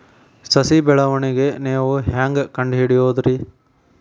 ಸಸಿ ಬೆಳವಣಿಗೆ ನೇವು ಹ್ಯಾಂಗ ಕಂಡುಹಿಡಿಯೋದರಿ?